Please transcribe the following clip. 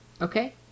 Okay